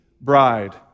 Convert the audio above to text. bride